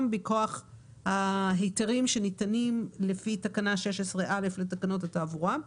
מכוח ההיתרים שניתנים לפי תקנה 16א לתקנות התעבורה.